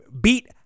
beat